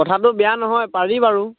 কথাটো বেয়া নহয় পাৰি বাৰু